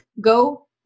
go